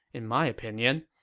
in my opinion,